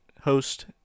host